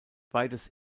beides